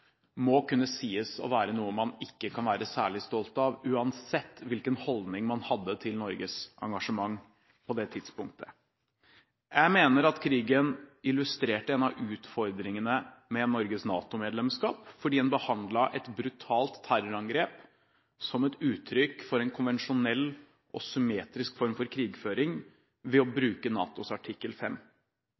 må kunne sies å være noe man ikke kan være særlig stolt av, uansett hvilken holdning man hadde til Norges engasjement på det tidspunktet. Jeg mener at krigen illustrerte en av utfordringene med Norges NATO-medlemskap, fordi en behandlet et brutalt terrorangrep som et uttrykk for en konvensjonell og summarisk form for krigføring ved å bruke NATOs artikkel